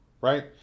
Right